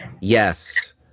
Yes